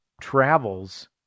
travels